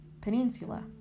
Peninsula